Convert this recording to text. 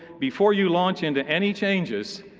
before you launch into any changes,